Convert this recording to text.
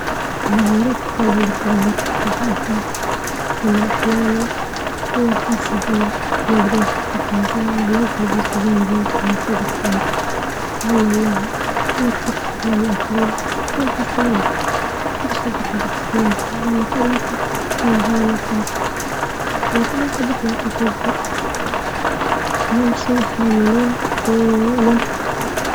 والله يا ريت تكون عندي القدرة على التحكم في الأحلام، لإن أحلامي هي الخاصة بي، لو قدرت أتحكم فيها يعني نقدر نعيش تجارب ممتعة مفيدة في حياتي، نتعلم منها نتحكم في أحلام الآخرين بس ما نحسن منها، مانحبش ندخل في خصوصيات لإن كل واحد عنده أحلامة الخاصة، وكل واحد يحلم كيف بي، أهم شيء نحلم أحلام اللي نبي نحققها.